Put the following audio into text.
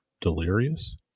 delirious